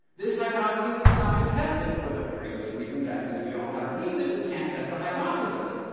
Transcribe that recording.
this hypothesis has not been tested for the very good reason that since we don't know how to produce it, we can't test the hypothesis.